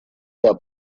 der